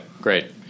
great